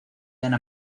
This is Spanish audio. ana